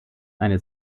eine